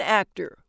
actor